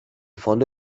fondo